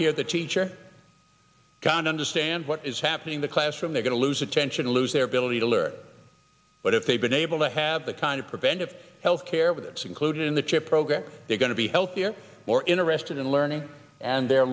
of the teacher and understand what is happening in the classroom they're going to lose attention lose their ability to learn but if they've been able to have the kind of preventive health care with it's included in the chip program they're going to be healthier more interested in learning and the